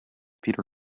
peter